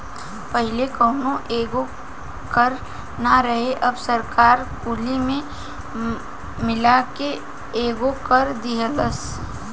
पहिले कौनो एगो कर ना रहे अब सरकार कुली के मिला के एकेगो कर दीहलस